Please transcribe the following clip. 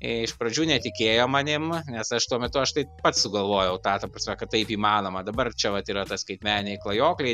iš pradžių netikėjo manim nes aš tuo metu aš tai pats sugalvojau tą ta prasme kad taip įmanoma dabar čia vat yra tas skaitmeniniai klajokliai